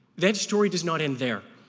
that story does not end there.